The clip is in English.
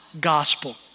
gospel